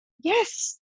Yes